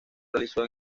realizó